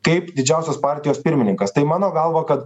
kaip didžiausios partijos pirmininkas tai mano galva kad